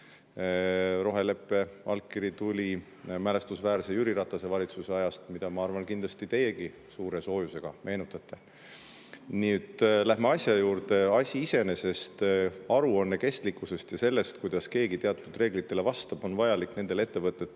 Roheleppe allkiri tuli mälestusväärse Jüri Ratase valitsuse ajast, mida, ma arvan, kindlasti teiegi suure soojusega meenutate. Nüüd lähme asja juurde. Asi iseenesest, aruanne kestlikkusest ja sellest, kuidas keegi teatud reeglitele vastab, on vajalik nendele ettevõtetele,